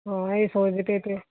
ਹਾਂ ਇਹ ਸੋਚਦੇ ਪਏ ਤੇ